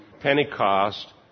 Pentecost